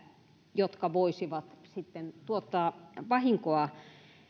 jotka voisivat sitten tuottaa vahinkoa